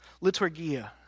Liturgia